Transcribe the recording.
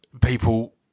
people